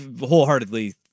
wholeheartedly